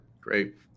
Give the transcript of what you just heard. Great